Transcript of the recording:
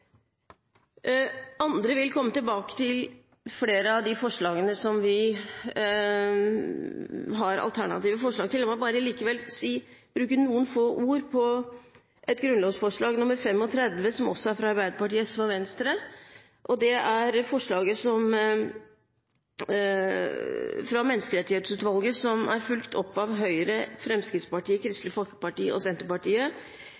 Andre vil komme tilbake til flere av de forslagene som vi har alternative forslag til. La meg bare likevel bruke noen få ord på grunnlovsforslag 35, som også er fra Arbeiderpartiet, SV og Venstre. Det gjelder forslaget fra Menneskerettighetsutvalget, som er fulgt opp av Høyre, Fremskrittspartiet,